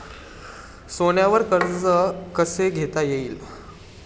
सोन्यावर कर्ज कसे घेता येईल?